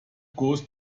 goes